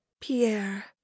pierre